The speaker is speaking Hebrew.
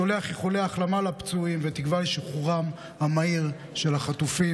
שולח איחולי החלמה לפצועים ותקווה לשחרורם המהיר של החטופים.